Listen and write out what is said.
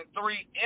three